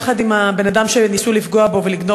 יחד עם הבן-אדם שניסו לפגוע בו ולגנוב